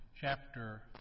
chapter